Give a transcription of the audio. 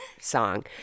song